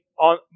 on